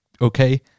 Okay